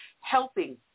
helping